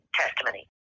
testimony